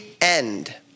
end